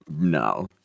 No